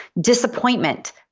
Disappointment